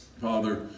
Father